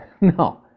No